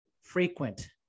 frequent